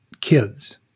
kids